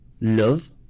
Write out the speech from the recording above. Love